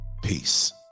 Peace